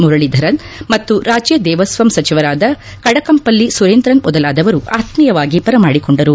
ಮುರಳೀಧರನ್ ಮತ್ತು ರಾಜ್ಯ ದೇವಸ್ತಂ ಸಚಿವರಾದ ಕಡಕಂಪಲ್ಲಿ ಸುರೇಂದ್ರನ್ ಮೊದಲಾದವರು ಆತ್ನೀಯವಾಗಿ ಬರಮಾಡಿಕೊಂಡರು